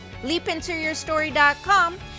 leapintoyourstory.com